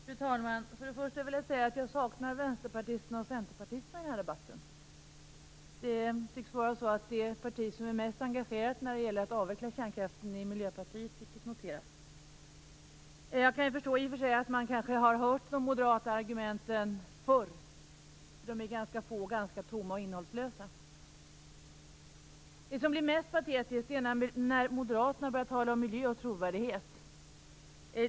Fru talman! För det första vill jag säga att jag saknar vänsterpartisterna och centerpartisterna i den här debatten. Det parti som är mest engagerat när det gäller att avveckla kärnkraften tycks vara Miljöpartiet, vilket noteras. Jag kan i och för sig förstå att man kanske har hört de moderata argumenten förr. De är ganska få och ganska tomma och innehållslösa. Det som blir mest patetiskt är när Moderaterna börjar tala om miljö och trovärdighet.